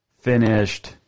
finished